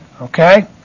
okay